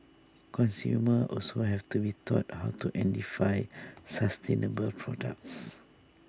consumers also have to be taught how to identify sustainable products